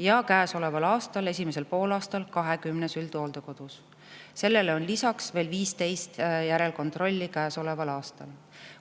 ja käesoleva aasta esimesel poolaastal 20 üldhooldekodus. Sellele on lisaks veel 15 järelkontrolli käesoleval aastal.